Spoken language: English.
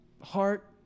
heart